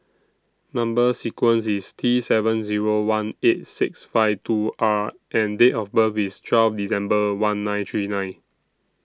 Number sequence IS T seven Zero one eight six five two R and Date of birth IS twelve December one nine three nine